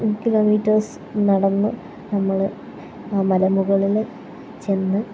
kilometres നടന്ന് നമ്മൾ ആ മലമുകളിൽ ചെന്ന്